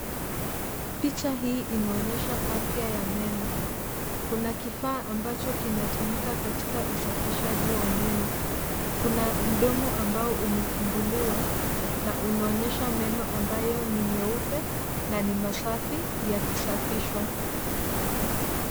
Picha hii inaonyesha afya ya meno. Kuna kifaa ambacho kinatumika katika usafishaji wa meno. Kuna mdomo ambao umefunguliwa na unaonyesha meno ambayo ni meupe na ni masafi yakisafishwa.